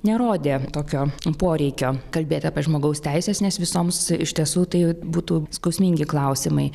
nerodė tokio poreikio kalbėt apie žmogaus teises nes visoms iš tiesų tai būtų skausmingi klausimai